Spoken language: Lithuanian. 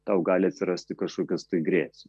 tau gali atsirasti kažkokios tai grėsmės